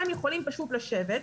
הם יכולים פשוט לשבת,